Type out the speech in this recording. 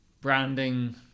branding